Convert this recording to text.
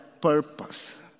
purpose